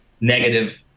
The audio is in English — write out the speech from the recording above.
negative